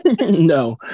No